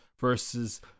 versus